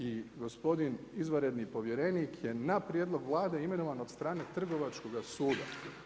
I gospodin izvanredni povjerenik je na prijedlog Vlade imenovan od strane Trgovačkoga suda.